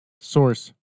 source